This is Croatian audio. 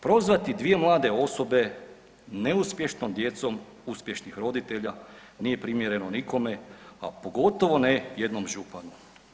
Prozvati dvije mlade osobe neuspješnom djecom uspješnih roditelja nije primjereno nikome, a pogotovo ne jednom županu.